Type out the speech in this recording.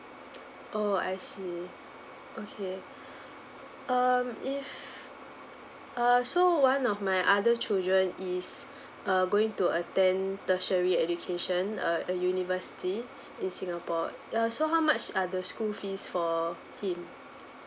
oh I see okay um if uh so one of my other children is uh going to attend tertiary education uh a university in singapore uh so how much are the school fees for him